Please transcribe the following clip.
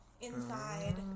inside